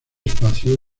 espacio